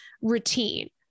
routine